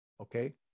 okay